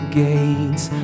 gates